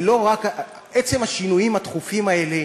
עצם השינויים התכופים האלה,